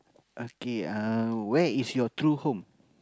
okay uh where is your true home